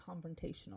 confrontational